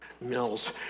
Mills